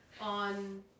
on